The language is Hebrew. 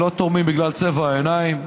לא תורמים בגלל צבע העיניים,